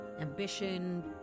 Ambition